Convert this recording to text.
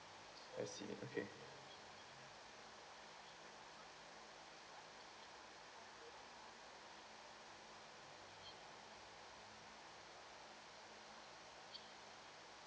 I see okay